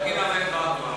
תגיד על זה דבר תורה.